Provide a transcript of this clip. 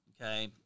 Okay